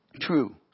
True